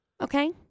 Okay